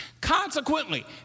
Consequently